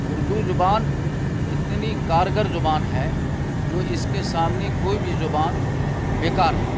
اردو زبان اتنی کارگر زبان ہے جو اس کے سامنے کوئی بھی زبان بیکار ہے